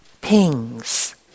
pings